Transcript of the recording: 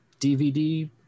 DVD